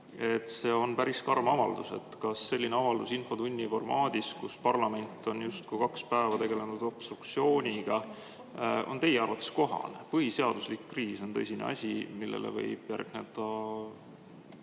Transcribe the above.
See on päris karm avaldus. Kas selline avaldus infotunni formaadis, kus parlament on justkui kaks päeva tegelenud obstruktsiooniga, on teie arvates kohane? Põhiseaduslik kriis on tõsine asi, millele võib järgneda